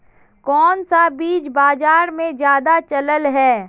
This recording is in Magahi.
कोन सा बीज बाजार में ज्यादा चलल है?